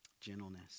Gentleness